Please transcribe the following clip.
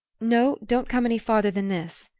no, don't come any farther than this,